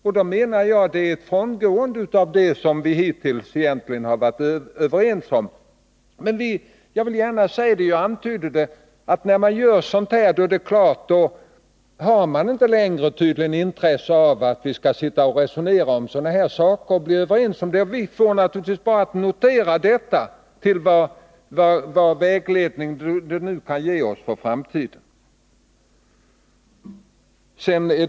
Därför menar jag att man här nu går ifrån det som vi hittills har varit överens om. Jag vill gärna framhålla — och jag har redan antytt det — att när man agerar på det här sättet finns det tydligen inte längre något intresse av att bli överens om sådana här saker. Vi får naturligtvis bara notera detta — vilken vägledning det nu kan ge oss för framtiden återstår att se.